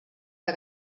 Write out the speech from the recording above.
del